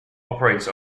operates